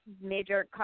major